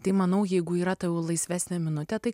tai manau jeigu yra ta jau laisvesnė minutė tai